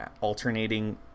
alternating